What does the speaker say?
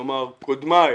כלומר, קודמיי,